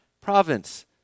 province